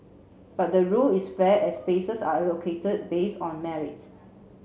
but the rule is fair as spaces are allocated based on merit